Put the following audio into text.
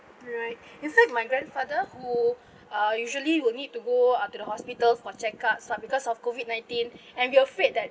alright in fact my grandfather who uh usually you will need to go uh to the hospitals for checkups ah because of COVID nineteen and we afraid that